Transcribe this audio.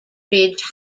ridge